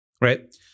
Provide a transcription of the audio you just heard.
right